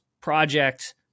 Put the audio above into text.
project